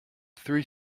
three